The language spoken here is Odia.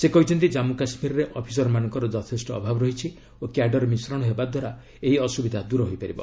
ସେ କହିଛନ୍ତି ଜାନ୍ମୁ କାଶ୍ମୀରରେ ଅଫିସରମାନଙ୍କର ଯଥେଷ୍ଟ ଅଭାବ ରହିଛି ଓ କ୍ୟାଡର ମିଶ୍ରଣ ହେବା ଦ୍ୱାରା ଏହି ଅସୁବିଧା ଦୂର ହୋଇପାରିବ